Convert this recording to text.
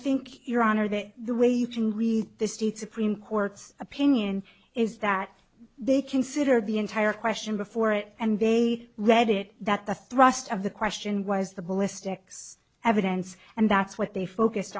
think your honor that the way you can read the state supreme court's opinion is that they consider the entire question before it and they read it that the thrust of the question was the ballistics evidence and that's what they focused